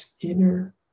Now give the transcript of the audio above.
inner